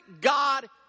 God